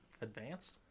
advanced